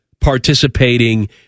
participating